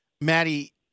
Maddie